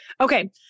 Okay